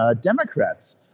Democrats